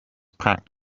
packed